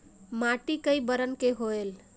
माटी कई बरन के होयल?